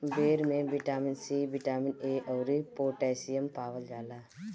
बेर में vitamin C, vitamin A अउरी पोटैशियम पावल जाला